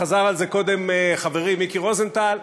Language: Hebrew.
חזר על זה קודם חברי מיקי רוזנטל,